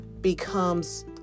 becomes